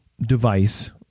device